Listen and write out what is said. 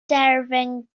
derfyn